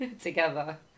together